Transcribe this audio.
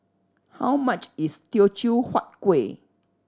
how much is Teochew Huat Kueh